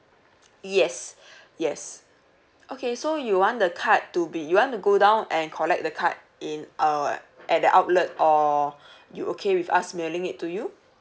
yes yes okay so you want the card to be you want to go down and collect the card in our at the outlet or you okay with us mailing it to you